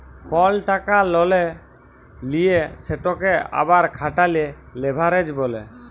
call টাকা ললে লিঁয়ে সেটকে আবার খাটালে লেভারেজ ব্যলে